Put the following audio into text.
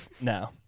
no